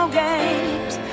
games